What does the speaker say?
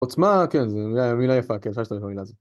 ‫עוצמה, כן, זה מילה יפה, ‫כן, אפשר להשתמש במילה הזה.